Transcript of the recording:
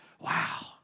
Wow